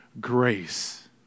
grace